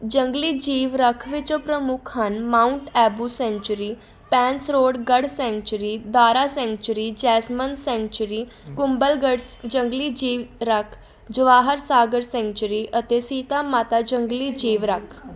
ਜੰਗਲੀ ਜੀਵ ਰੱਖ ਵਿੱਚੋਂ ਪ੍ਰਮੁੱਖ ਹਨ mount Abu sanctuary Bhainsrodgarh sanctuary Darrah sanctuary Jaisamand sanctuary Kumbhalgarh ਜੰਗਲੀ ਜੀਵ ਰੱਖ ਜਵਾਹਰ ਸਾਗਰ ਸੈਂਚਰੀ ਅਤੇ ਸੀਤਾ ਮਾਤਾ ਜੰਗਲੀ ਜੀਵ ਰੱਖ